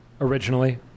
originally